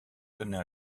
tenait